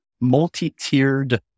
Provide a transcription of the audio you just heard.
multi-tiered